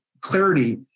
clarity